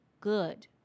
good